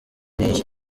n’iyi